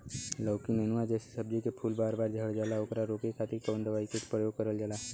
लौकी नेनुआ जैसे सब्जी के फूल बार बार झड़जाला ओकरा रोके खातीर कवन दवाई के प्रयोग करल जा?